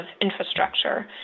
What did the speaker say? infrastructure